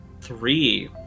Three